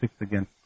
again